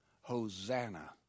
Hosanna